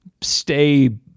stay